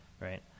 right